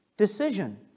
decision